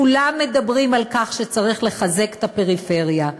כולם מדברים על כך שצריך לחזק את הפריפריה,